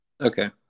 Okay